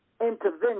intervention